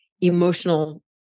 emotional